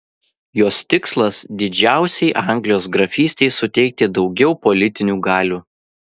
jos tikslas didžiausiai anglijos grafystei suteikti daugiau politinių galių